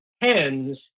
hens